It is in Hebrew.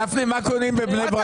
גפני, מה קונים בבני ברק